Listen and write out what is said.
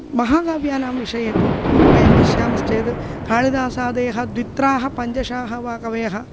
महाकाव्यानां विषये तु वयं पश्यामश्चेद् कालिदासादयः द्वित्राः पञ्चशाः वा कवयः